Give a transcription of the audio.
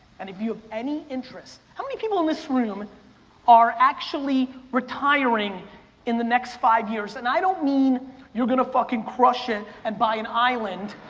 and if you have any interest, how many people in this room and are actually retiring in the next five years, and i don't mean you're gonna fucking crush it and buy an island.